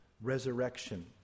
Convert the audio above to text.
resurrection